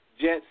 Jets